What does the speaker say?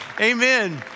amen